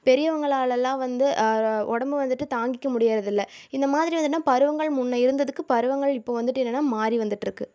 பெரியவங்களாலலாம் வந்து உடம்பு வந்துவிட்டு தாங்கிக்க முடியிறது இல்லை இந்தமாதிரி வந்துட்டுனா பருவங்கள் முன்னே இருந்ததுக்கு பருவங்கள் இப்போ வந்துவிட்டு என்னன்னா மாறி வந்துட்டுருக்கு